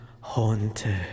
Haunted